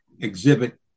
exhibit